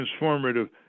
transformative